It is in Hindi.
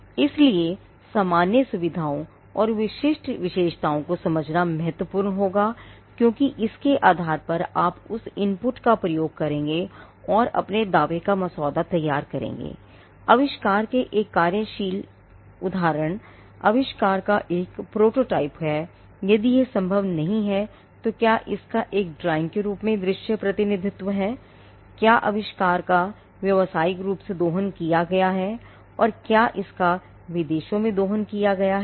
इसलिए सामान्य सुविधाओं और विशिष्ट विशेषताओं को समझना महत्वपूर्ण होगा क्योंकि इसके आधार पर आप उस इनपुट है यदि यह संभव नहीं है तो क्या इसका एक ड्राइंग के रूप में दृश्य प्रतिनिधित्व है क्या आविष्कार का व्यावसायिक रूप से दोहन किया गया है और क्या इसका विदेशों में दोहन किया गया है